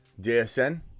JSN